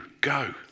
go